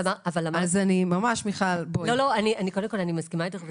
אני מסכימה אתך,